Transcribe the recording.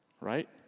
right